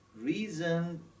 reason